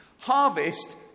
Harvest